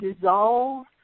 dissolve